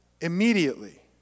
immediately